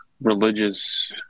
religious